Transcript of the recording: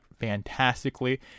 fantastically